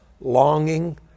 longing